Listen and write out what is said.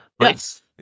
Yes